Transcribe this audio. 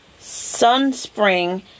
Sunspring